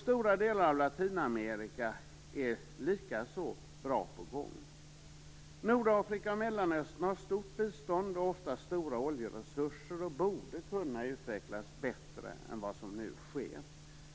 Stora delar av Latinamerika är likaså bra på gång. Nordafrika och Mellanöstern har stort bistånd och ofta stora oljeresurser och borde kunna utvecklas bättre än vad som nu sker.